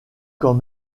quand